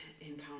encounter